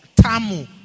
Tamu